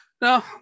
no